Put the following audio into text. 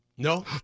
No